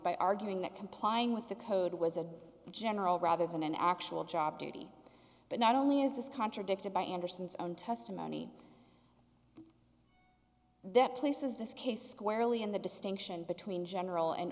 by arguing that complying with the code was a general rather than an actual job duty but not only is this contradicted by anderson's own testimony that places this case squarely in the distinction between general and